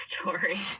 story